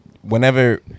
Whenever